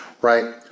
right